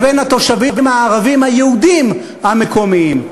לבין התושבים הערבים היהודים המקומיים.